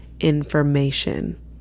information